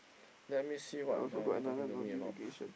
let me see what are they talking to me about